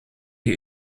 die